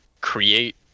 create